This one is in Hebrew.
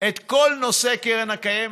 את כל נושא קרן הקיימת,